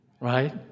Right